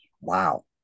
Wow